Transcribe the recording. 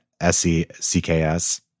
S-E-C-K-S